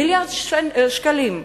מיליארד שקלים,